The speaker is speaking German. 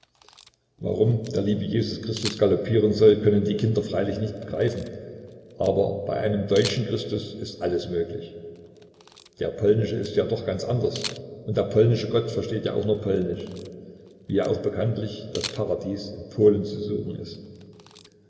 warum der liebe jesus christus galoppieren soll können die kinder freilich nicht begreifen aber bei einem deutschen christus ist alles möglich der polnische ist ja doch ganz anders und der polnische gott versteht ja auch nur polnisch wie ja auch bekanntlich das paradies in polen zu suchen ist